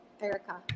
Erica